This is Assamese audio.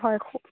হয়